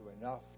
enough